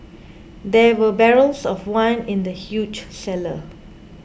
there were barrels of wine in the huge cellar